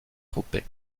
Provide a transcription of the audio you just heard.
tropez